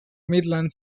midland